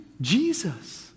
Jesus